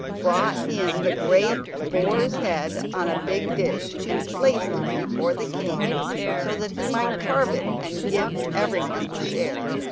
brought in the great boar's head on a big dish and placed it before the king so that he might carve it and give everyone a share,